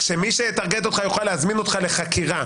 כשמי שיטרגט אותך יוכל להזמין אותך לחקירה.